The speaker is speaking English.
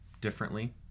Differently